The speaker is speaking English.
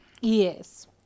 Yes